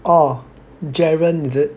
orh Geron is it